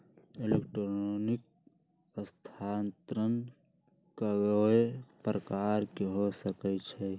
electronic स्थानान्तरण कएगो प्रकार के हो सकइ छै